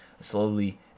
slowly